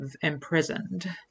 imprisoned